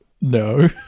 No